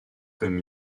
comme